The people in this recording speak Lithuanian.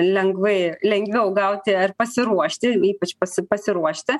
lengvai lengviau gauti ar pasiruošti ypač pasi pasiruošti